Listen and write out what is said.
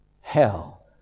Hell